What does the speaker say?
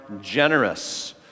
generous